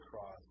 cross